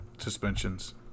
suspensions